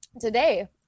today